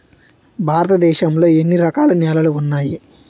భారతదేశం లో ఎన్ని రకాల నేలలు ఉన్నాయి?